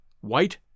white